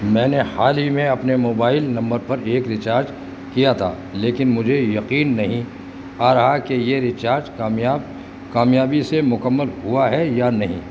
میں نے حال ہی میں اپنے موبائل نمبر پر ایک ریچارج کیا تھا لیکن مجھے یقین نہیں آ رہا کہ یہ ریچارج کامیاب کامیابی سے مکمل ہوا ہے یا نہیں